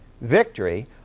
victory